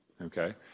okay